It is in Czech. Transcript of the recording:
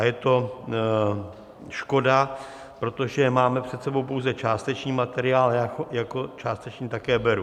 Je to škoda, protože máme před sebou pouze částečný materiál, a já ho jako částečný také beru.